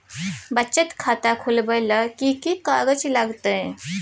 बचत खाता खुलैबै ले कि की कागज लागतै?